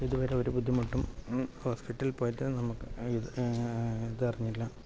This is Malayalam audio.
ഇതുവരെ ഒരു ബുദ്ധിമുട്ടും ഹോസ്പിറ്റലിൽ പോയിട്ട് നമുക്ക് ഇതറിഞ്ഞില്ല